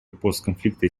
постконфликтной